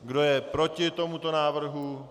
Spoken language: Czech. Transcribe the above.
Kdo je proti tomuto návrhu?